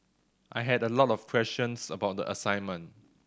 I had a lot of questions about the assignment